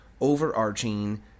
overarching –